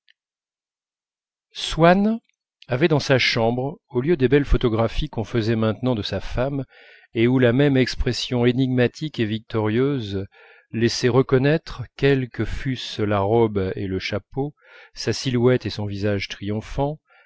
swann avait dans sa chambre au lieu des belles photographies qu'on faisait maintenant de sa femme et où la même expression énigmatique et victorieuse laissait reconnaître quels que fussent la robe et le chapeau sa silhouette et son visage triomphants